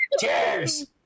Cheers